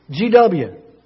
GW